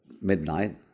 midnight